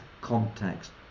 context